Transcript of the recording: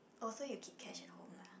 oh so you keep cash at home lah